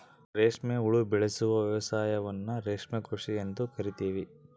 ರೇಷ್ಮೆ ಉಬೆಳೆಸುವ ವ್ಯವಸಾಯವನ್ನ ರೇಷ್ಮೆ ಕೃಷಿ ಎಂದು ಕರಿತೀವಿ